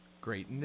Great